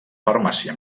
farmàcia